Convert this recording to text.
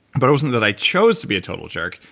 but it wasn't that i chose to be a total jerk.